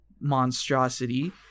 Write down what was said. monstrosity